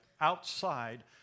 outside